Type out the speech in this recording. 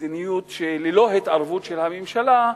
מדיניות שהיא ללא התערבות של הממשלה,